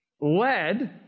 led